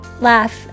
laugh